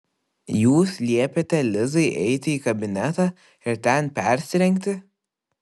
jūs liepėte lizai eiti į kabinetą ir ten persirengti